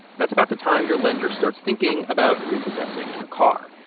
that's about the time your lender starts thinking about repossessing your car.